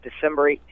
December